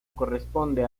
corresponde